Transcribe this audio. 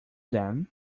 then